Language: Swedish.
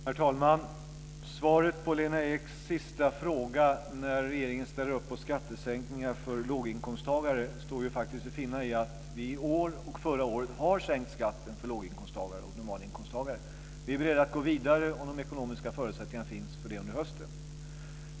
Herr talman! Svaret på Lena Eks sista fråga om när regeringen ställer upp på skattesänkningar för låginkomsttagare står att finna i att vi i år och förra året har sänkt skatten för låginkomsttagare och normalinkomsttagare. Vi är beredda att gå vidare om de ekonomiska förutsättningarna finns för det under hösten.